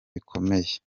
bikomere